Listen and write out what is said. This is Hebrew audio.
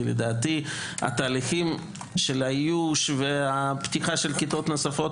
כי לדעתי התהליכים של האיוש והפתיחה של כיתות נוספות